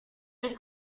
del